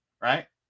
Right